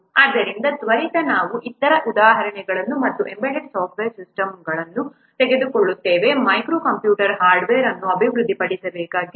ಆದ್ದರಿಂದ ತ್ವರಿತವಾಗಿ ನಾವು ಇತರ ಉದಾಹರಣೆ ಮತ್ತು ಎಂಬೆಡೆಡ್ ಸಾಫ್ಟ್ವೇರ್ ಸಿಸ್ಟಮ್ ಅನ್ನು ತೆಗೆದುಕೊಳ್ಳುತ್ತೇವೆ ಮೈಕ್ರೋ ಕಂಪ್ಯೂಟರ್ ಹಾರ್ಡ್ವೇರ್ ಅನ್ನು ಅಭಿವೃದ್ಧಿಪಡಿಸಬೇಕಾಗಿದೆ